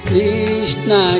Krishna